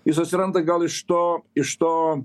jis atsiranda gal iš to iš to